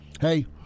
Hey